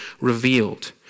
revealed